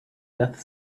death